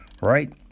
right